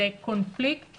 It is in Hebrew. זה קונפליקט